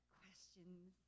questions